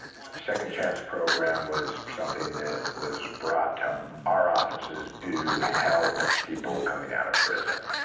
second chance program was something that was brought to our offices to help people coming out of prison.